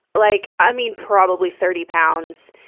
like, i mean, probably thirty pounds,